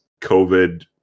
covid